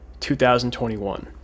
2021